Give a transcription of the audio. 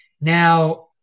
now